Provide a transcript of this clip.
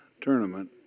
tournament